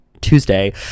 tuesday